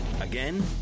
Again